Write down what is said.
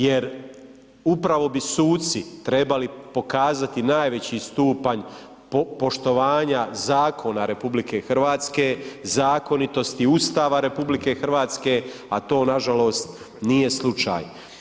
Jer upravo bi suci trebali pokazati najveći stupanj poštovanja zakona RH, zakonitosti Ustava RH a to nažalost nije slučaj.